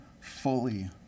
fully